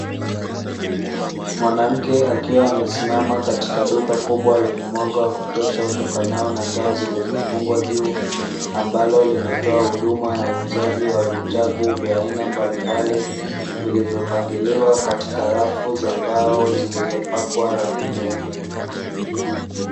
Mwanamke akiwa amesimama katika duka kubwa lenye mwanga wa kutosha utukanao na taa zilizofungwa juu, ambalo linatoa huduma ya uuzaji wa vitabu vya aina mbalimbali vilivyopangiliwa katika rafu za mbao zilizopakwa rangi nyeupe.